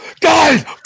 guys